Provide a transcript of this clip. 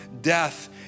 death